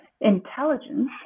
intelligence